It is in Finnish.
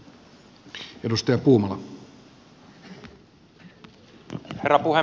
herra puhemies